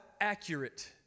accurate